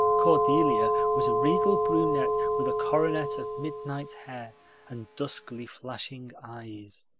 cordelia was a regal brunette with a coronet of midnight hair and duskly flashing eyes.